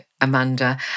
Amanda